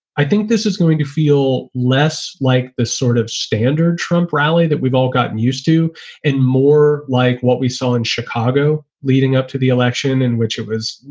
i think this is going to feel less like the sort of standard trump rally that we've all gotten used to and more like what we saw in chicago leading up to the election in which it was,